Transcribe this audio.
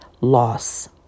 loss